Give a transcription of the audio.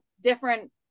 different